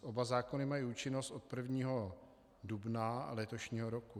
Oba zákony mají účinnost od 1. dubna letošního roku.